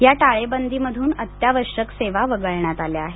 या टाळेबंदीमधून अत्यावश्यक सेवा वगळण्यात आल्या आहेत